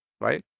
right